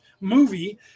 movie